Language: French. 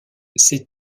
ces